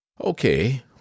Okay